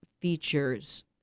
features